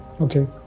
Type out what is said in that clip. okay